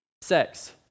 sex